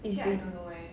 is it